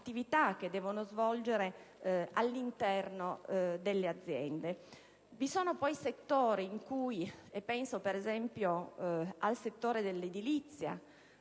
che devono svolgere all'interno delle aziende. Vi sono poi settori (penso per esempio al settore dell'edilizia,